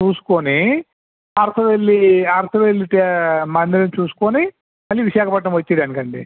చూసుకుని అరసవిల్లి అరసవిల్లి టె మందిరం చూసుకుని మళ్ళీ విశాఖపట్నం వచ్చేయడానికండి